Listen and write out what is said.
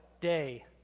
day